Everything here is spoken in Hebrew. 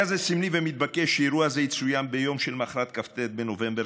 היה זה סמלי ומתבקש שאירוע זה יצוין ביום שלמוחרת כ"ט בנובמבר,